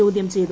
ചോദ്യം ചെയ്തു